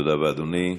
תודה רבה, אדוני.